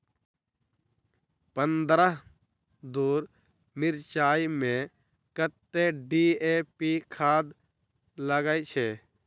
पन्द्रह धूर मिर्चाई मे कत्ते डी.ए.पी खाद लगय छै?